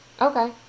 Okay